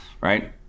right